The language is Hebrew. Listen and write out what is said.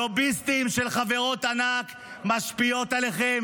לוביסטים של חברות ענק שמשפיעות עליכם